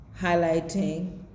highlighting